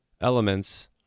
elements